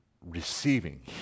receiving